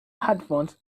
headphones